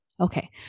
Okay